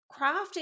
Crafting